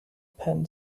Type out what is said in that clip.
penn